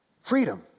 Freedom